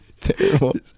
terrible